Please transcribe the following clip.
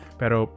pero